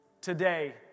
today